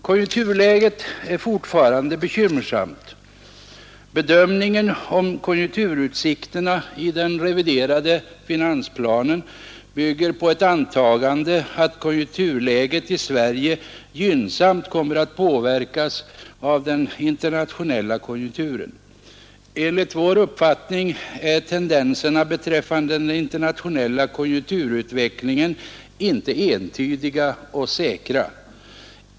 Konjunkturläget är fortfarande bekymmersamt. Bedömningen av konjunkturutsikterna i den reviderade finansplanen bygger på ett antagande, att konjunkturläget i Sverige gynnsamt kommer att påverkas av den internationella konjunkturen. Enligt vår uppfattning är tendenserna beträffande den internationella konjunkturutvecklingen inte entydiga och säkra.